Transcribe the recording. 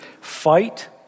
Fight